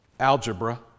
Algebra